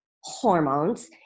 hormones